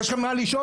יש לו מה לשאול,